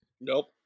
Nope